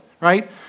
right